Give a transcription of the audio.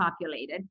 populated